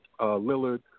Lillard